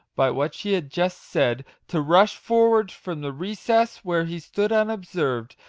by what she had just said, to rush forward from the recess where he stood unobserved,